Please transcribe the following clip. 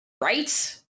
Right